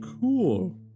Cool